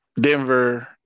Denver